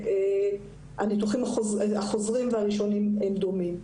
והניתוחים הראשונים והחוזרים הם דומים.